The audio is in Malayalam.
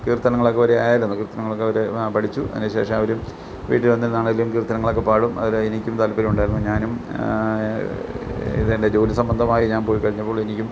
കീർത്തനങ്ങളൊക്കെ ഒരേ ആയിരുന്നു കീർത്തനങ്ങളൊക്കെ ഒരേ പഠിച്ചു അതിനുശേഷം അവർ വീട്ടിൽ വന്നിരുന്ന് കീർത്തനങ്ങളൊക്കെ പാടും അതിലെനിക്കും താല്പര്യമുണ്ടായിരുന്നു ഞാനും ഇത് എൻ്റെ ജോലി സംബന്ധമായി ഞാൻ പോയി കഴിഞ്ഞപ്പോൾ എനിക്കും